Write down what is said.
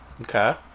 Okay